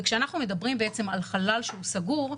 וכשאנחנו מדברים על חלל שהוא סגור,